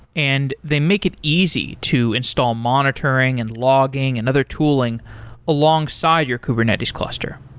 and they make it easy to install monitoring and logging and other tooling alongside your kubernetes cluster.